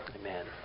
Amen